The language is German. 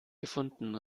gefunden